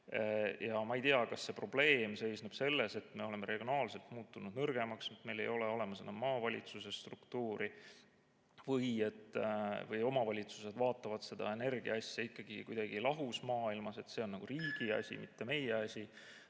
Ma ei tea, kas probleem seisneb selles, et me oleme regionaalselt muutunud nõrgemaks, meil ei ole enam maavalitsuste struktuuri, või omavalitsused vaatavad seda energiaasja ikkagi kuidagi lahus, et see on nagu riigi asi, mitte nende asi.